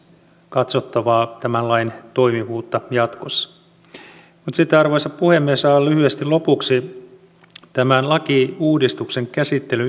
katsottava tämän lain toimivuutta jatkossa arvoisa puhemies aivan lyhyesti lopuksi tämän lakiuudistuksen käsittelyn